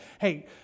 hey